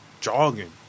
jogging